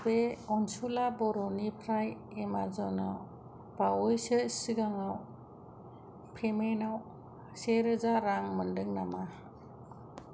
बे अनसुला बर'निफ्राय एमाजनाव बावैसो सिगाङव पेमेनाव से रोजा रां मोनदों नामा